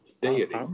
deity